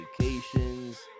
vacations